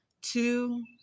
two